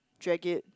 drag it